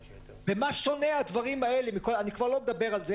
במה שונים הדברים האלה אני כבר לא מדבר על זה